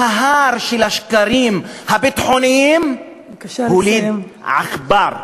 וההר של השקרים הביטחוניים הוליד עכבר.